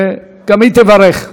וגם היא תברך.